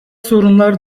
sorunlar